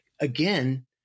Again